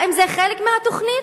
האם זה חלק מהתוכנית?